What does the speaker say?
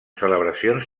celebracions